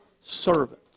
servant